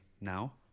now